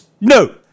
no